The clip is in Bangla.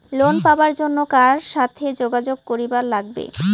লোন পাবার জন্যে কার সাথে যোগাযোগ করিবার লাগবে?